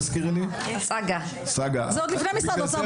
--- זה עוד לפני משרד האוצר.